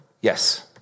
yes